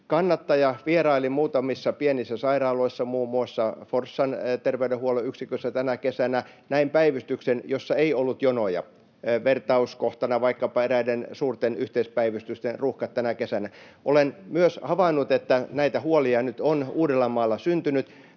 kannattaja. Vierailin muutamissa pienissä sairaaloissa, muun muassa Forssan terveydenhuollon yksikössä, tänä kesänä. Näin päivystyksen, jossa ei ollut jonoja — vertauskohtana vaikkapa eräiden suurten yhteispäivystysten ruuhkat tänä kesänä. Olen myös havainnut, että näitä huolia nyt on Uudellamaalla syntynyt.